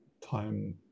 time